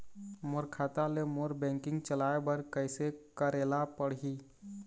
मोर खाता ले मोर बैंकिंग चलाए बर कइसे करेला पढ़ही?